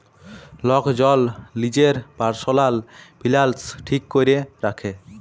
lock জল লিজের পারসলাল ফিলালস ঠিক ক্যরে রাখে